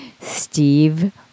Steve